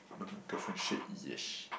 but my girlfriend said yes